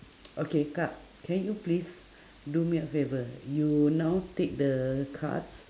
okay kak can you please do me a favour you now take the cards